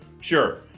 sure